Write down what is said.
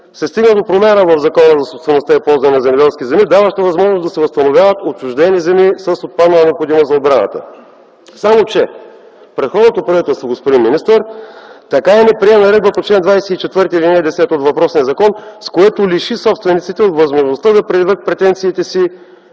се стигна до промяна в Закона за собствеността и ползването на земеделските земи, даваща възможност да се възстановяват отчуждени земи с отпаднала необходимост за отбраната. Само че предходното правителство, господин министър, така и не прие наредба по чл. 24, ал. 10 от въпросния закон, с което лиши собствениците от възможността да предявят претенциите си